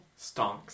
Stonks